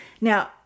Now